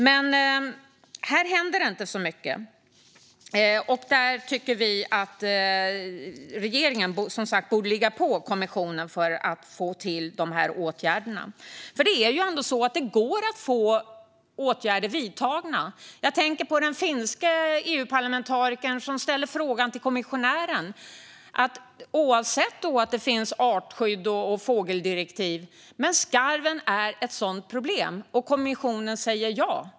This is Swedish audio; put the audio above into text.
Dock händer det inte så mycket. Här tycker vi som sagt att regeringen borde ligga på kommissionen för att få till de här åtgärderna. Det är ju ändå så att det går att få åtgärder vidtagna. Jag tänker på den finske EU-parlamentarikern som ställde en fråga till kommissionären om att få skjuta skarv, eftersom skarven - oavsett artskydds och fågeldirektiv - är ett sådant problem, och svaret blev ja.